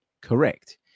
Correct